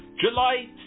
July